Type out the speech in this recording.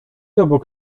obok